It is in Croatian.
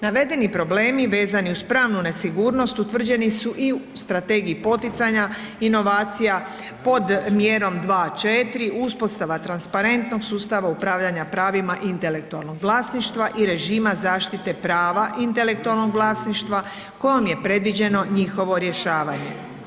Navedeni problemi vezni uz pravnu nesigurnost utvrđeni su i u strategiji poticanja inovacija pod mjerom 24 uspostava transparentnog sustava upravljanja pravima intelektualnog vlasništva i režima zaštite prava intelektualnog vlasništva kojom je predviđeno njihovo rješavanje.